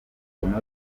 kunoza